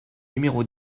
numéro